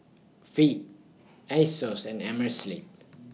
Veet Asos and Amerisleep